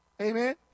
Amen